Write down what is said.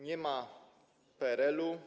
Nie ma PRL-u.